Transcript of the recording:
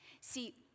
See